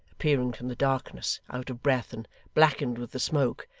appearing from the darkness out of breath, and blackened with the smoke.